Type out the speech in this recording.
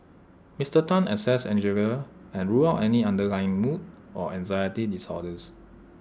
Mister Tan assessed Angeline and ruled out any underlying mood or anxiety disorders